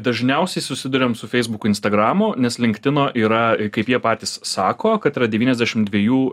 dažniausiai susiduriam su feisbuku instagramu nes linkedino yra kaip jie patys sako kad yra devyniasdešim dviejų